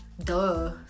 Duh